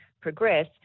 progress